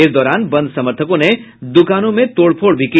इस दौरान बंद समर्थकों ने दुकानों में तोड़ फोड़ भी की